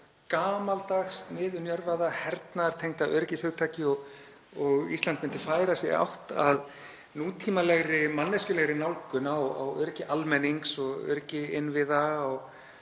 gamaldags niðurnjörvaða, hernaðartengda öryggishugtaki og Ísland myndi færa sig í átt að nútímalegri og manneskjulegri nálgun á öryggi almennings, öryggi innviða